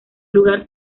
lugar